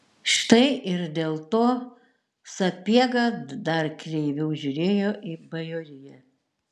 štai ir dėl to sapiega dar kreiviau žiūrėjo į bajoriją